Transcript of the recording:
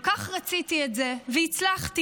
כל כך רציתי את זה, והצלחתי.